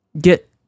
get